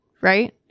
Right